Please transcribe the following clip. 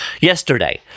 Yesterday